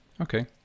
Okay